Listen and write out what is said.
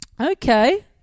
Okay